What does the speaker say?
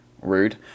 rude